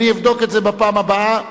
אני אבדוק את זה בפעם הבאה.